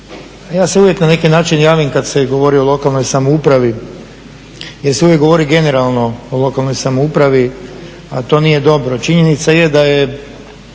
ja se uvijek na neki način javim kad se govori o lokalnoj samoupravi jer se uvijek govori generalno o lokalnoj samoupravi a to nije dobro. Činjenica je da je